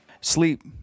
Sleep